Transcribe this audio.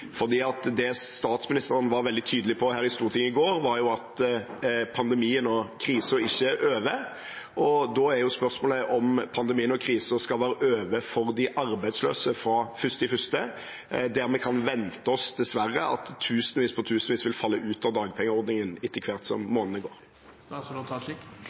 Det statsministeren var veldig tydelig på her i Stortinget i går, var jo at pandemien og krisen ikke er over. Da er jo spørsmålet om pandemien og krisen skal være over for de arbeidsløse fra 1. januar, da vi – dessverre – kan vente oss at tusenvis på tusenvis vil falle ut av dagpengeordningen etter hvert som